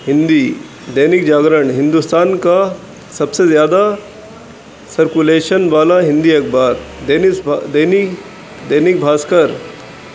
ہندی دینک جاگرن ہندوستان کا سب سے زیادہ سرکولیشن والا ہندی اخبار دس دین دینک بھاسکر